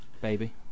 Baby